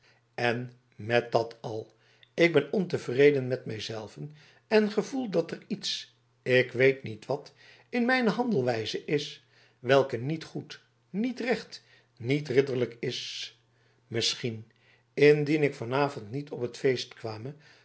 en met dat al ik ben ontevreden met mij zelven en ik gevoel dat er iets ik weet niet wat in mijne handelwijze is hetwelk niet goed niet recht niet ridderlijk is misschien indien ik van avond niet op het feest kwame